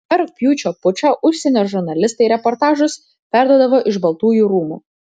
per rugpjūčio pučą užsienio žurnalistai reportažus perduodavo iš baltųjų rūmų